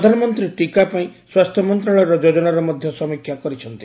ପ୍ରଧାନମନ୍ତ୍ରୀ ଟିକା ପାଇଁ ସ୍ୱାସ୍ଥ୍ୟ ମନ୍ତ୍ରଶାଳୟର ଯୋଜନାର ମଧ୍ୟ ସମୀକ୍ଷା କରିଛନ୍ତି